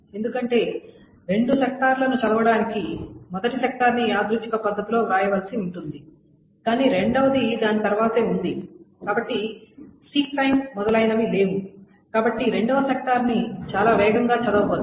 ఎందుకంటే రెండు సెక్టార్లను చదవడానికి మొదటి సెక్టార్ని యాదృచ్ఛిక పద్ధతిలో వ్రాయవలసి ఉంది కాని రెండవది దాని తర్వాతే ఉంది కాబట్టి సీక్ టైమ్ మొదలైనవి లేవు కాబట్టి రెండవ సెక్టార్ని చాలా వేగంగా చదవవచ్చు